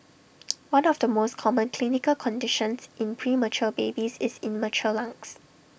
one of the most common clinical conditions in premature babies is immature lungs